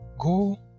go